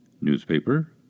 Newspaper